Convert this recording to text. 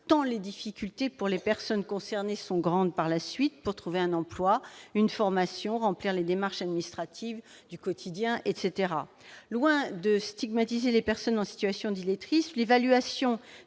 tant par la suite les difficultés sont grandes pour trouver un emploi, une formation, remplir les démarches administratives du quotidien, etc. Loin de stigmatiser les personnes en situation d'illettrisme, l'évaluation